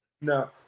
No